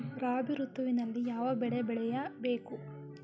ರಾಬಿ ಋತುವಿನಲ್ಲಿ ಯಾವ ಬೆಳೆ ಬೆಳೆಯ ಬೇಕು?